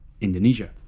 Indonesia